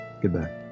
Goodbye